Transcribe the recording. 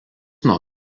nuo